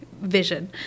vision